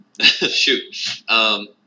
Shoot